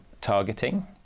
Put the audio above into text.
targeting